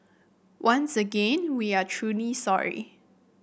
once again we are truly sorry